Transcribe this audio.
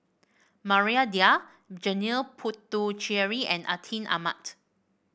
Maria Dyer Janil Puthucheary and Atin Amat